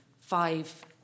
five